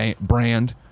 brand